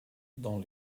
dans